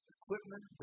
equipment